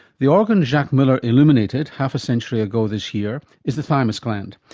the organ jacques miller illuminated half a century ago this year is the thymus gland.